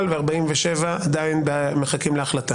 דעת לשוטרים בשטח כמו כוח עודף למשטרה האם הוא יכול לעשות את